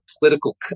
political